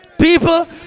people